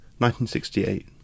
1968